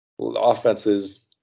offenses